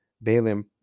Balaam